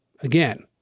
again